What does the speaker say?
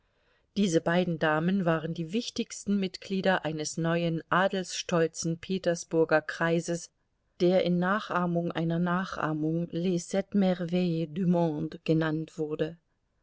diese beiden damen waren die wichtigsten mitglieder eines neuen adelsstolzen petersburger kreises der in nachahmung einer nachahmung les sept merveilles du monde genannt wurde